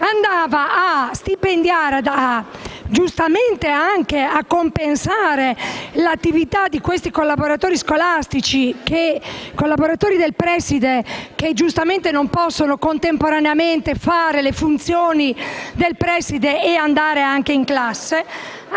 andava a stipendiare e giustamente anche a compensare l'attività di questi collaboratori scolastici, dei collaboratori del preside che giustamente non possono contemporaneamente svolgere le funzioni del preside e andare in classe,